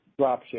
dropship